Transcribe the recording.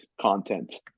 content